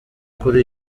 kuri